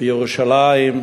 ירושלים,